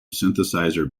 synthesizer